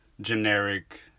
generic